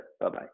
Bye-bye